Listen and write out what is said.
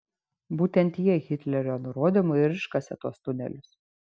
būtent jie hitlerio nurodymu ir iškasė tuos tunelius